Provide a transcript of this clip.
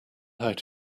out